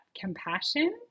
compassion